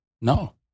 No